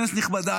כנסת נכבדה,